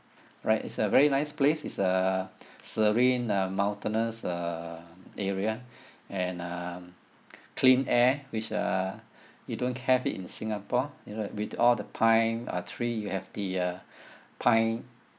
right it's a very nice place it's a serene uh mountainous uh area and um clean air which uh we don't have it in the singapore you know with all the pine uh tree you have the uh pine